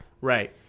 Right